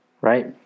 right